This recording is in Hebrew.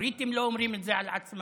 הבריטים לא אומרים את זה על עצמם.